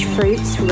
Fruits